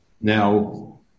Now